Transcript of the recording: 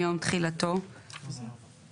(2) בתקופה שמיום תחילתו של חוק זה עד שלוש שנים מיום תחילתו,